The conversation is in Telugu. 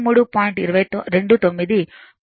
29 కోణం 36